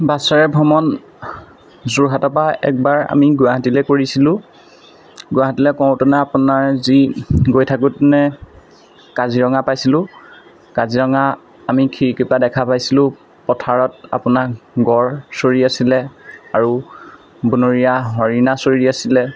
বাছেৰে ভ্ৰমণ যোৰহাটৰ পৰা এক বাৰ আমি গুৱাহাটীলৈ কৰিছিলোঁ গুৱাহাটীলৈ কৰোতে আপোনাৰ যি গৈ থাকোঁতেনে কাজিৰঙা পাইছিলোঁ কাজিৰঙা আমি খিৰিকী পা দেখা পাইছিলোঁ পথাৰত আপোনাক গড় চৰি আছিলে আৰু বনৰীয়া হৰিণা চৰি আছিলে